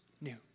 new